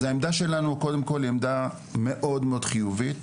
אז העמדה שלנו קודם כל היא עמדה מאוד מאוד חיובית.